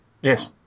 Yes